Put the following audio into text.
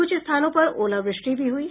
कुछ स्थानों पर ओलावृष्टि भी हुई है